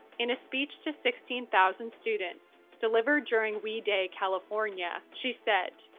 in a speech to sixteen thousand students, delivered during we day california, she said,